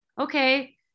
okay